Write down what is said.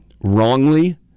wrongly